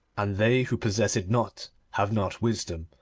and they who possess it not have not wisdom.